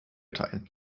teil